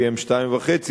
PM2.5,